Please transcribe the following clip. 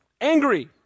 angry